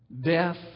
death